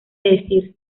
decir